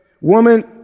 woman